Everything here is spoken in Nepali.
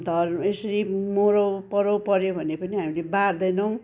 धर यसरी मरौ परौ पऱ्यो भने पनि हामीले बार्दैनौँ